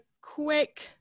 quick